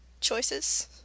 choices